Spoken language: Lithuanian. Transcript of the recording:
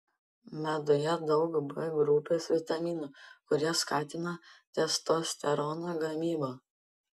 meduje daug b grupės vitaminų kurie skatina testosterono gamybą